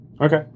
Okay